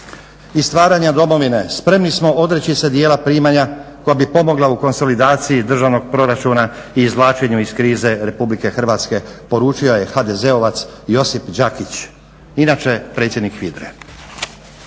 i stvaranja domovine spremni smo odreći se dijela primanja koja bi pomogla u konsolidaciji državnog proračuna i izvlačenju iz krize RH poručio je HDZ-ovac Josip Đakić, inače predsjednik HVIDRA-e.